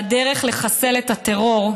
שהדרך לחסל את הטרור,